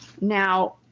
Now